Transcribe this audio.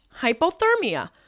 hypothermia